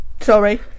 Sorry